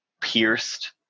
pierced